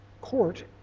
court